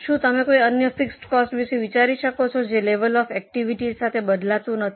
શું તમે કોઈ અન્ય ફિક્સ કોસ્ટ વિશે વિચારી શકો છો જે લેવલ ઑફ એકટીવીટીને સાથે બદલાતું નથી